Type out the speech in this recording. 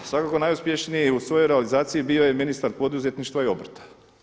Svakako najuspješniji u svojoj realizaciji bio je ministar poduzetništva i obrta.